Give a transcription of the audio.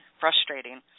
frustrating